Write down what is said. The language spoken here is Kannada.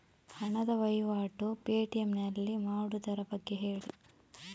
ಹಣದ ವಹಿವಾಟು ಪೇ.ಟಿ.ಎಂ ನಲ್ಲಿ ಮಾಡುವುದರ ಬಗ್ಗೆ ಹೇಳಿ